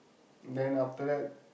then after that